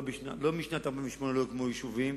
לא משנת 1948 לא הוקמו יישובים,